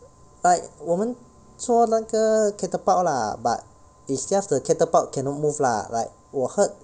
like 我们做那个 catapult lah but it's just the catapult cannot move lah like 我 heard